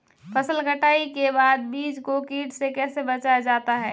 फसल कटाई के बाद बीज को कीट से कैसे बचाया जाता है?